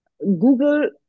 Google